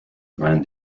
around